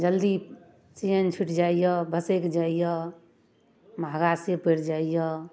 जल्दी सिअनि छुटि जाइए भसकि जाइए महगा से पड़ि जाइए